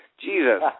Jesus